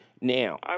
Now